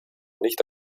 nicht